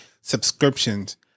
subscriptions